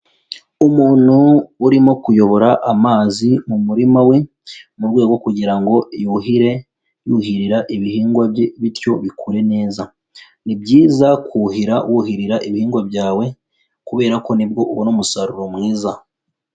Umuntu urimo kuyobora amazi mu murima we, mu rwego rwo kugira ngo yuhire yuhirira ibihingwa bye bityo bikure neza, ni byiza kuhira wuhirira ibihingwa byawe kubera ko nibwo ubona umusaruro mwiza.